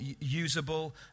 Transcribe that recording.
usable